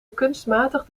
kunstmatig